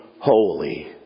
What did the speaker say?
holy